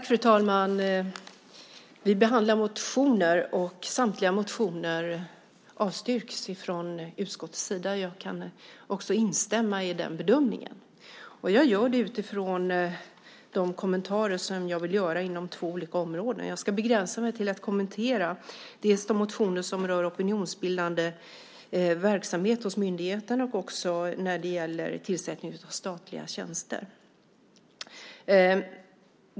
Fru talman! Vi behandlar motioner, och samtliga motioner avstyrks från utskottets sida. Jag kan också instämma i den bedömningen. Jag gör det utifrån de kommentarer som jag vill göra inom två områden. Jag ska begränsa mig till att kommentera de motioner som rör opinionsbildande verksamhet hos myndigheter och de som rör tillsättningen av statliga tjänster.